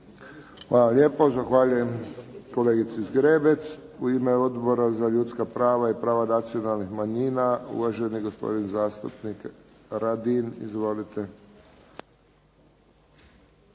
Hvala lijepo. Zahvaljujem kolegici Zgrebec. U ime Odbora za ljudska prava i prava nacionalnih manjina, uvaženi gospodin zastupnik Radin. Izvolite.